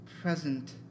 present